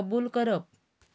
कबूल करप